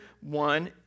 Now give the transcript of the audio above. one